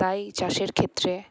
তাই চাষের ক্ষেত্রে